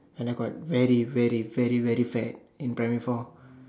when I got very very very very fat in primary four